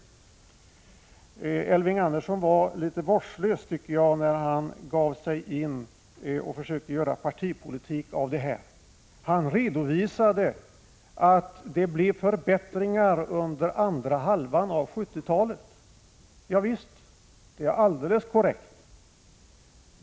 Elving Andersson var litet vårdslös när han gav sig in och försökte göra partipolitik av detta. Han redovisade att det blev förbättringar under andra halvan av 1970-talet. Javisst, det är alldeles korrekt.